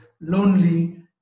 lonely